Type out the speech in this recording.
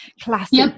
classic